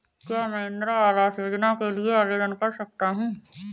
क्या मैं इंदिरा आवास योजना के लिए आवेदन कर सकता हूँ?